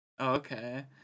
Okay